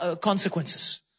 consequences